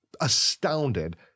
astounded